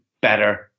better